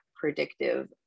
predictive